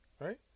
right